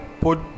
put